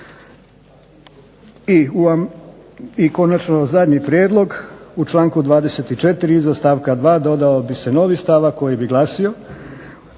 I konačno zadnji prijedlog, u članku 24. iza stavka 2. dodao bi se novi stavak koji bi glasio: